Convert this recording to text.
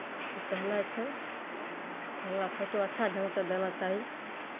ई कहनाइ छै जे हमरा फोटो अच्छा ढङ्गसँ देना चाही